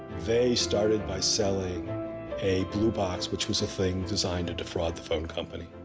they started by selling a bluebox which was a thing designed to defraud the phone company.